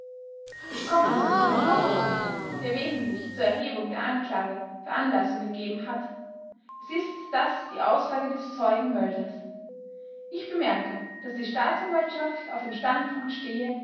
ich komme nun zu dem hauptpunkt der wesentlich zur erhebung der anklage veranlassung gegeben hat es ist das die aussage des zeugen mölders ich bemerke daß die staatsanwaltschaft auf dem standpunkte steht